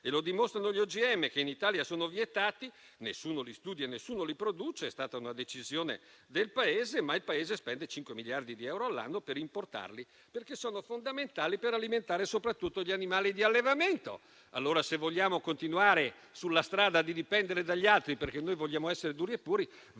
è. Lo dimostrano gli Ogm, che in Italia sono vietati. Nessuno li studia e nessuno li produce: è stata una decisione del Paese, ma poi il Paese spende cinque miliardi di euro all'anno per importarli, perché sono fondamentali, soprattutto per alimentare gli animali di allevamento. Allora, se vogliamo continuare sulla strada della dipendenza dagli altri perché vogliamo essere duri e puri,